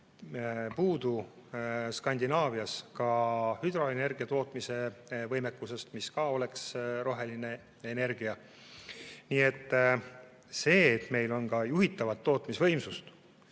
Puudu on Skandinaavias ka hüdroenergia tootmise võimekusest, mis ka oleks roheline energia. Nii et see vajadus, et meil oleks ka juhitavat tootmisvõimsust